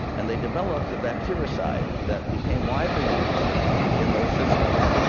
and they developed a bactericide that became widely used in those systems.